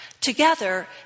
Together